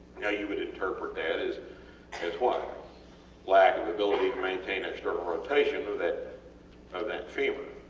now you would interpret that as as what? lack of ability to maintain external rotation of that of that femur,